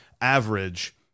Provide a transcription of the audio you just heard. average